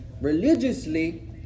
Religiously